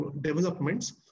developments